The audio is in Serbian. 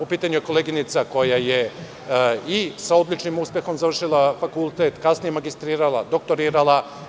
U pitanju je koleginica koja je i sa odličnim uspehom završila fakultet, kasnije magistrirala, doktorirala.